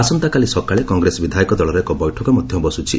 ଆସନ୍ତାକାଲି ସକାଳେ କଂଗ୍ରେସ ବିଧାୟକ ଦଳର ଏକ ବୈଠକ ମଧ୍ୟ ବସ୍କୁଛି